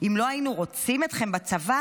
אם לא היינו רוצים אתכם בצבא,